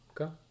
Okay